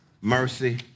mercy